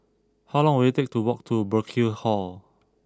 how long will it take to walk to Burkill Hall